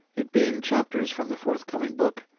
it being chapters from the forthcoming book,